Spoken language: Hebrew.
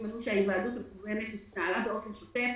ענו שההיוועדות המקוונת התנהלה באופן שוטף